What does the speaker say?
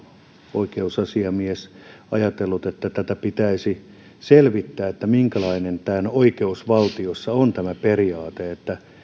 oikeusasiamies ajatellut että tätä pitäisi selvittää minkälainen oikeusvaltiossa on tämä periaate